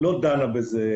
לא דנה בזה,